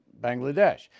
Bangladesh